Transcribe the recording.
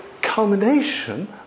culmination